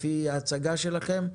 לפי ההצגה שלכם.